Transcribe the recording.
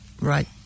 right